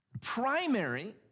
Primary